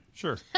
Sure